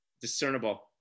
discernible